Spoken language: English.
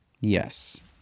Yes